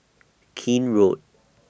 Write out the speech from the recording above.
Keene Road